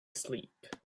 asleep